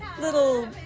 little